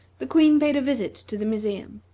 the queen paid a visit to the museum,